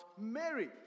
Mary